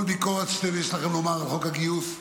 כל ביקורת שיש לכם לומר על חוק הגיוס,